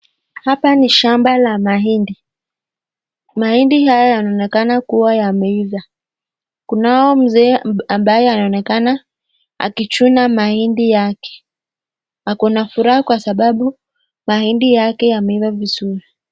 Hapa ni shamba la mahindi, mahindi haya yanaonekana kuwa yameiva kunaye mzee ambaye anaonekana akichuna mahindi yake ako na furaha kwa sababu mahindi yake yameiva vizuri.